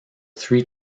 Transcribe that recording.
three